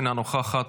אינה נוכחת,